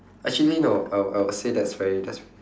actually no I would I would say that's very that's v~